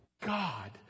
God